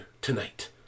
Tonight